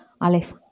Alex